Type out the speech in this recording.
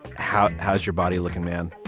how how's your body looking, man?